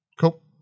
cool